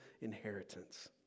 inheritance